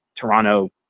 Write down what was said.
Toronto